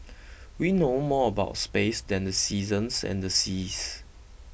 we know more about space than the seasons and the seas